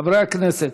חברי הכנסת,